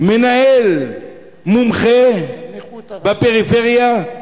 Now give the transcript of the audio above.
מנהל מומחה בפריפריה,